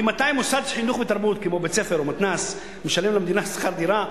ממתי מוסד לחינוך ותרבות כמו בית-ספר או מתנ"ס משלם למדינה שכר דירה,